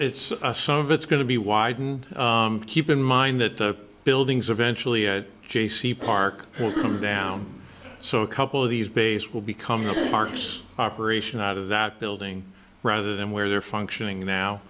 it's some of it's going to be widened keep in mind that the buildings eventually it j c park down so a couple of these base will become the parks operation out of that building rather than where they're functioning now